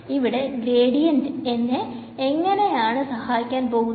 ഇവിടെ ഗ്രേഡിയന്റ് എന്നെ എങ്ങനെ ആണ് സഹായിക്കാൻ പോകുന്നത്